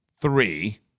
three